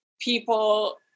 people